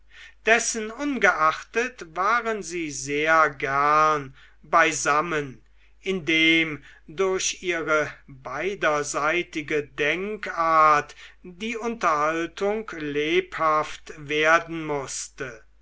dessenungeachtet waren sie sehr gern beisammen indem durch ihre beiderseitige denkart die unterhaltung lebhaft werden mußte